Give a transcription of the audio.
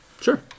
Sure